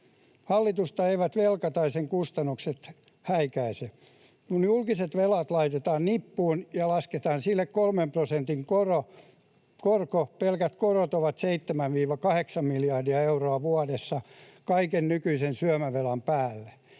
Hallitusta ei velka eivätkä sen kustannukset häikäise. Kun julkiset velat laitetaan nippuun ja lasketaan sille 3 prosentin korko, pelkät korot ovat 7—8 miljardia euroa vuodessa kaiken nykyisen syömävelan päälle.